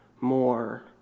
more